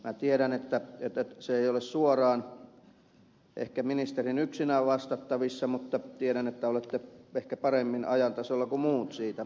minä tiedän että se ei ehkä ole suoraan ministerin yksinään vastattavissa mutta tiedän että olette ehkä paremmin ajan tasalla kuin muut siitä asiasta